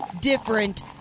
different